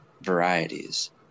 varieties